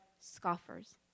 scoffers